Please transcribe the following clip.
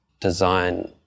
design